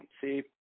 see